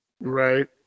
Right